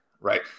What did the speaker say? right